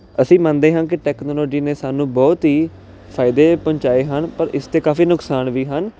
ਅਸੀਂ ਮੰਨਦੇ ਹਾਂ ਕਿ ਟੈਕਨੋਲੋਜੀ ਨੇ ਸਾਨੂੰ ਬਹੁਤ ਹੀ ਫਾਇਦੇ ਪਹੁੰਚਾਏ ਹਨ ਪਰ ਇਸ ਤੇ ਕਾਫੀ ਨੁਕਸਾਨ ਵੀ ਹਨ